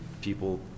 people